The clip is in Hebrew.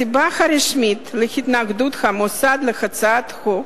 הסיבה הרשמית להתנגדות המוסד להצעת החוק